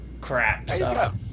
crap